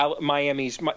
Miami's